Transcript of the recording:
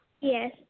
Yes